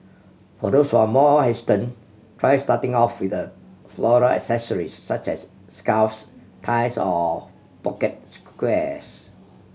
for those who are more hesitant try starting off with a floral accessories such as scarves ties of pocket squares